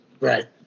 Right